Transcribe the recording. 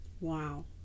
Wow